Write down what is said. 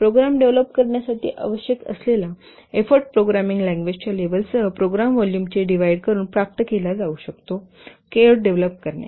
programme develop करण्यासाठी आवश्यक असलेला एफोर्ट प्रोग्रामिंग लँग्वेजच्या लेव्हलसह प्रोग्राम व्हॉल्यूमचे डिव्हाईड करून प्राप्त केला जाऊ शकतो कोड डेव्हलप करणे